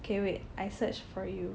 okay wait I search for you